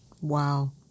Wow